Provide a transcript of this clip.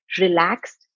relaxed